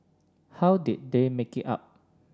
how did they make it up